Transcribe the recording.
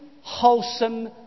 wholesome